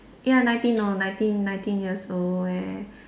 ya nineteen lor nineteen nineteen years old